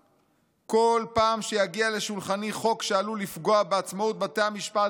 ובכל פעם שיגיע לשולחני חוק שעלול לפגוע בעצמאות בתי המשפט בישראל,